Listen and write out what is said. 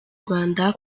rwanda